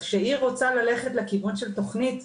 אז כשהיא רוצה ללכת לכיוון של תוכנית,